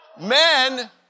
Men